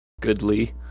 Goodly